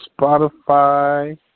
Spotify